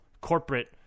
corporate